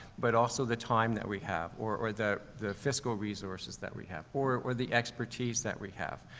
but also the time that we have, or, or the, the fiscal resources that we have, or, or the expertise that we have?